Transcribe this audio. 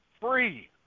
free